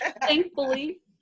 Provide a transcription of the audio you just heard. Thankfully